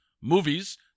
Movies